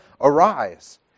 arise